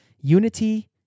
unity